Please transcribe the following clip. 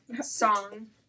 song